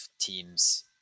teams